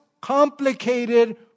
complicated